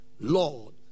Lord